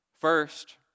first